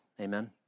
Amen